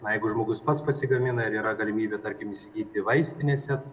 na jeigu žmogus pats pasigamina ir yra galimybė tarkim įsigyti vaistinėse